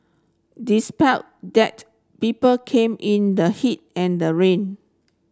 despite that people came in the heat and the rain